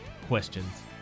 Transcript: questions